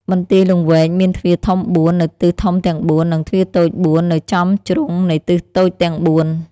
បន្ទាយលង្វែកមានទ្វារធំ ៤ នៅទិសធំទាំងបួន និងទ្វារតូច ៤ នៅចំជ្រុងនៃទិសតូចទាំងបួន។